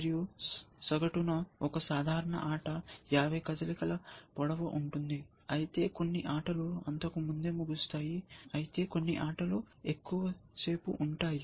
మరియు సగటున ఒక సాధారణ ఆట 50 కదలికల పొడవు ఉంటుంది అయితే కొన్ని ఆటలు అంతకు ముందే ముగుస్తాయి అయితే కొన్ని ఆటలు ఎక్కువసేపు ఉంటాయి